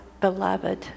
beloved